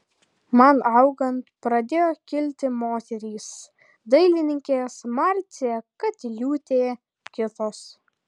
man augant pradėjo kilti moterys dailininkės marcė katiliūtė kitos